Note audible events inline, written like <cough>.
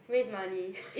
waste money <laughs>